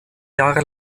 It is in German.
jahre